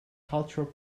cultural